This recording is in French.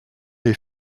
les